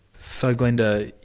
so glenda,